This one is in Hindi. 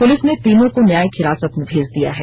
पुलिस ने तीनों को न्यायिक हिरासत में भेज दिया है